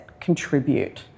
contribute